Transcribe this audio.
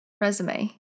resume